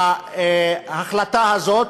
ההחלטה הזאת.